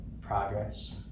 progress